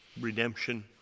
redemption